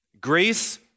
Grace